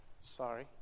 Sorry